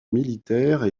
militaires